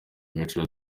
agaciro